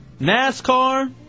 NASCAR